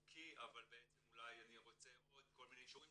הוא חוקי אבל בעצם אני רוצה עוד כל מיני אישורים